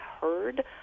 heard